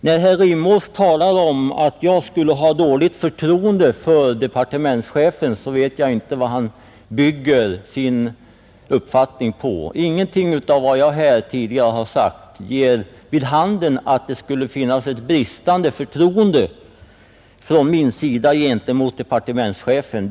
När herr Rimås talar om att jag skulle ha dåligt förtroende för departementschefen, så vet jag inte vad han bygger sin uppfattning på. Ingenting som jag här tidigare har sagt ger vid handen att det skulle finnas ett bristande förtroende från min sida gentemot departementschefen.